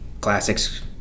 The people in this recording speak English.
classics